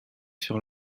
sur